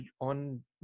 on